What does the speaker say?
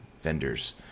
vendors